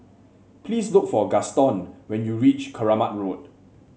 please look for Gaston when you reach Keramat Road